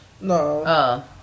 No